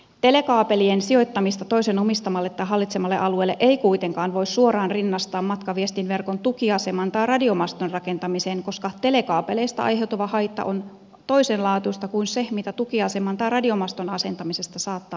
telekaapelien sijoittamista toisen omistamalle tai hallitsemalle alueelle ei kuitenkaan voi suoraan rinnastaa matkaviestinverkon tukiaseman tai radiomaston rakentamiseen koska telekaapeleista aiheutuva haitta on toisenlaatuista kuin se mitä tukiaseman tai radiomaston asentamisesta saattaa aiheutua